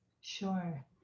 sure